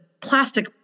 plastic